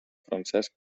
francesc